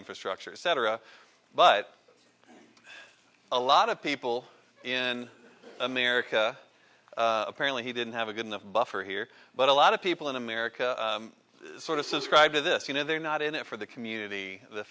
infrastructure etc but a lot of people in america apparently he didn't have a good enough buffer here but a lot of people in america sort of subscribe to this you know they're not in it for the community the